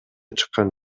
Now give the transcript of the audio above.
чыккан